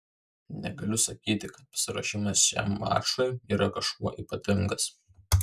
negaliu sakyti kad pasiruošimas šiam mačui yra kažkuo ypatingas